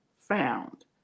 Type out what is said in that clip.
found